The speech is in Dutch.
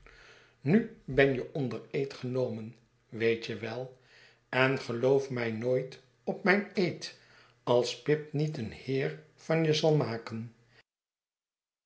nu ben je onder eed geherbert ondee eeb genomen nomen weet je we en geloof mij nooit op mijn eed als pip niet een heer van je zal maken